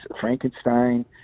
Frankenstein